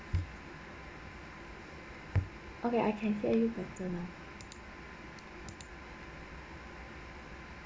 okay I can hear you better